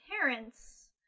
parents